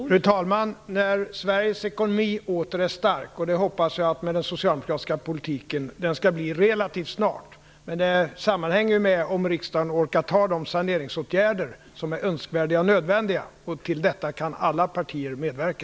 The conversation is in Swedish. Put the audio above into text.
Fru talman! Det sker när Sveriges ekonomi åter är stark, och det hoppas jag att den skall bli relativt snart med den socialdemokratiska politiken. Det sammanhänger med om riksdagen orkar fatta beslut om de saneringsåtgärder som är önskvärda och nödvändiga. Till detta kan alla partier medverka.